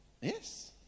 Yes